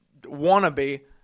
wannabe